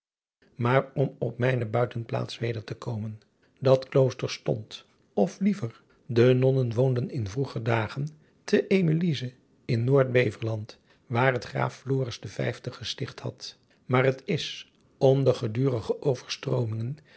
om op mijne uitenplaats weder te komen at klooster stond of liever de nonnen woonden in vroeger dagen te melisse in oordbeveland waar het raaf de gesticht had maar het is om de gedurige overstroomingen